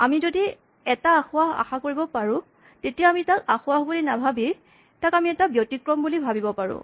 আমি যদি এটা আসোঁৱাহ আশা কৰিব পাৰোঁ তেতিয়া আমি তাক আসোঁৱাহ বুলি নাভাৱি আমি তাক এটা ব্যতিক্ৰম বুলি ভাৱিব পাৰোঁ